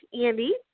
Andy